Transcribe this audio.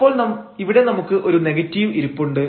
അപ്പോൾ ഇവിടെ നമുക്ക് ഒരു നെഗറ്റീവ് ഇരിപ്പുണ്ട്